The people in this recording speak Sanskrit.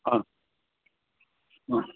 हा